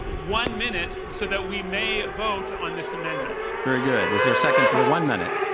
one minute so that we may vote on this amendment. very good. is there a second to the one minute?